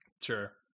sure